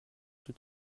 tout